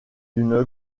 d’une